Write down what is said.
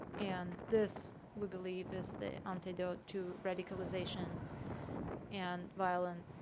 and this, we believe, is the antidote to radicalization and violent,